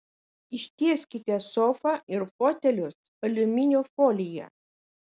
ištieskite sofą ir fotelius aliuminio folija